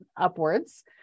upwards